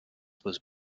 was